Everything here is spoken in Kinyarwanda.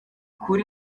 kuri